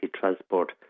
transport